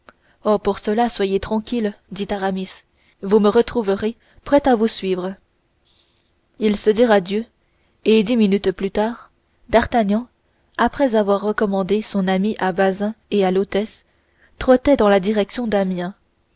oh pour cela soyez tranquille dit aramis vous me retrouverez prêt à vous suivre ils se dirent adieu et dix minutes après d'artagnan après avoir recommandé son ami à bazin et à l'hôtesse trottait dans la direction d'amiens